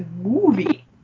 movie